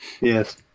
Yes